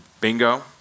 bingo